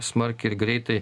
smarkiai ir greitai